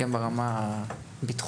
גם ברמה הביטחונית,